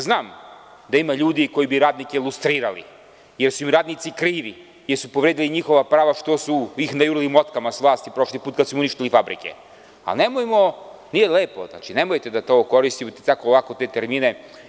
Znam da ima ljudi koji bi radnike lustrirali jer su im radnici krivi jer su povredili njihova prava što su ih najurili motkama sa vlasti prošli put kada su im uništili fabrike, ali nemojte da tako lako koristite te termine.